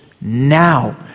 now